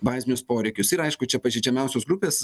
bazinius poreikius ir aišku čia pažeidžiamiausios grupės